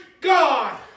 God